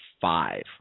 five